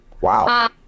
Wow